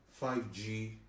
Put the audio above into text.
5G